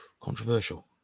Controversial